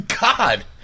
God